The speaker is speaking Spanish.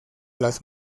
las